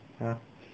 !huh!